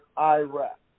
Iraq